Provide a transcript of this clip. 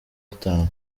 atanu